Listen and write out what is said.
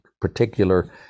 particular